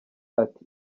ati